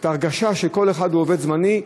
את ההרגשה שכל אחד הוא עובד זמני,